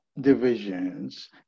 divisions